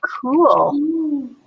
Cool